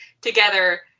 together